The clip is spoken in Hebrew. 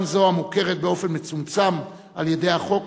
גם זו המוכרת באופן מצומצם על-ידי החוק,